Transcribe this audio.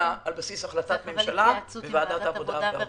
אלא על בסיס החלטת ממשלה וועדת העבודה והרווחה.